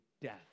death